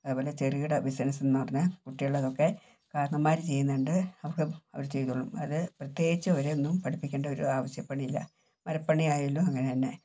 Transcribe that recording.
അതേപോലെ ചെറുകിട ബിസിനസ്സെന്ന് പറഞ്ഞാൽ കുട്ടികൾക്കൊക്കെ കാർണോമ്മാർ ചെയ്യുന്നുണ്ട് അപ്പം അവർ ചെയ്തോളും അവർ പ്രത്യേകിച്ച് അവരൊന്നും പഠിപ്പിക്കേണ്ട ഒരു ആവശ്യമില്ല മരപ്പണി ആയാലും അങ്ങനെ തന്നെ